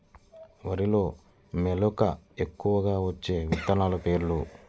వరిలో మెలక ఎక్కువగా వచ్చే విత్తనాలు పేర్లు?